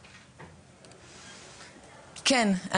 כן,